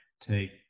take